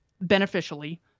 beneficially